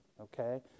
okay